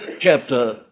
chapter